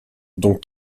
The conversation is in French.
dont